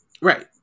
Right